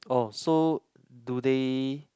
oh so do they